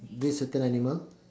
this certain animal